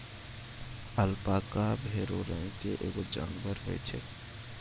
alpaca भेड़ो रंग के एगो जानबर होय छै